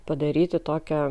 padaryti tokią